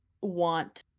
want